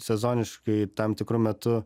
sezoniškai tam tikru metu